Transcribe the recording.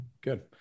Good